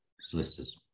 solicitors